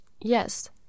Yes